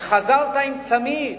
וחזרת עם צמיד